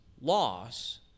loss